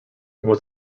was